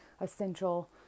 essential